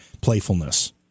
playfulness